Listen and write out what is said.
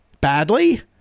badly